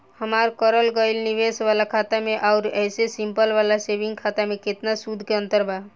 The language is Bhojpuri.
हमार करल गएल निवेश वाला खाता मे आउर ऐसे सिंपल वाला सेविंग खाता मे केतना सूद के अंतर बा?